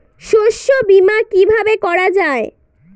শস্য বীমা কিভাবে করা যায়?